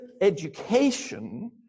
education